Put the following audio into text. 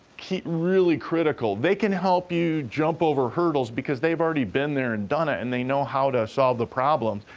really critical. they can help you jump over hurdles because they've already been there and done it, and they know how to solve the problems.